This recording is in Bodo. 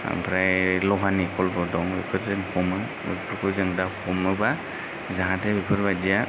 ओमफ्राय लहानि खलबो दं बेफोरजों हमो बेफोरखौ जों दा हमोबा जाहाथे बेफोरबादिया